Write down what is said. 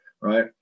right